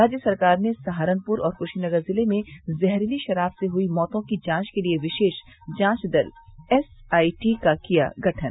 राज्य सरकार ने सहारनपुर और कुशीनगर जिले में जहरीली शराब से हुई मौतों की जांच के लिये विशेष जांच दल एसआईटी का किया गठन